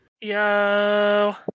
Yo